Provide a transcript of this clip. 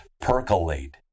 percolate